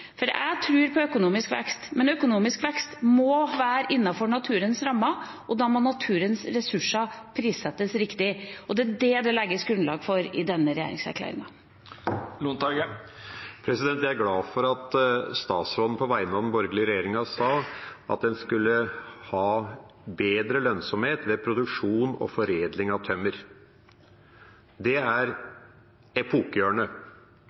trenger. Jeg tror på økonomisk vekst, men økonomisk vekst må være innenfor naturens rammer. Da må naturens ressurser prissettes riktig. Det er dette det legges grunnlag for i denne regjeringserklæringen. Jeg er glad for at statsråden på vegne av den borgerlige regjeringa sa at en skulle ha bedre lønnsomhet ved produksjon og foredling av tømmer. Det er